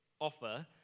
offer